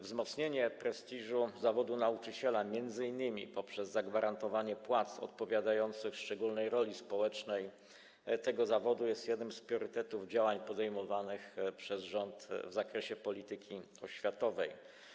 Wzmocnienie prestiżu zawodu nauczyciela m.in. poprzez zagwarantowanie płac odpowiadających szczególnej roli społecznej tego zawodu jest jednym z priorytetów działań podejmowanych przez rząd w zakresie polityki oświatowej.